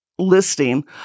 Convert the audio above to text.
Listing